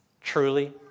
truly